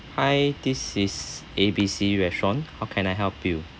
hi this is A B C restaurant how can I help you